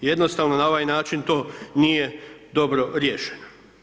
Jednostavno na ovaj način to nije dobro riješeno.